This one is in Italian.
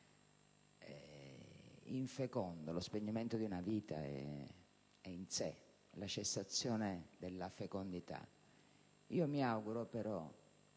infecondo; lo spegnimento di una vita è, in sé, la cessazione della fecondità. Proprio però,